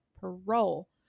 parole